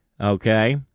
Okay